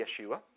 Yeshua